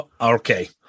Okay